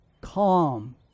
calm